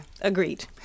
agreed